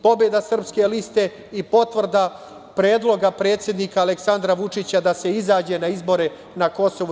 Pobeda Srpske liste je i potvrda predloga predsednika Aleksandra Vučića da se izađe na izbore na KiM.